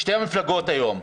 שתי המפלגות היום,